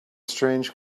strange